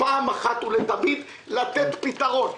פעם אחת ולתמיד לתת לפתרון.